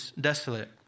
desolate